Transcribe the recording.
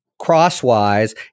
crosswise